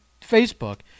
Facebook